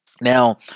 Now